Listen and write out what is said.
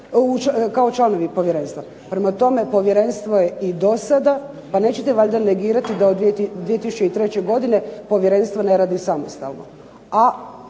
kao članovi povjerenstva. Prema tome, povjerenstvo je i do sada, pa nećete valjda negirati da je od 2003. godine povjerenstvo ne radi samostalno,